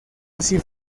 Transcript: así